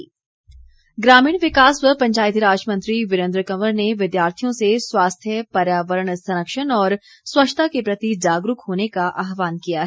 वीरेंद्र कंवर ग्रामीण विकास व पंचायती राज मंत्री वीरेंद्र कंवर ने विद्यार्थियों से स्वास्थ्य पर्यावरण संरक्षण और खच्छता के प्रति जागरूक होने का आहवान किया है